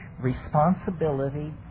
responsibility